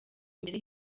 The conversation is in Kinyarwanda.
imbere